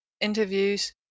interviews